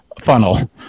funnel